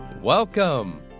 Welcome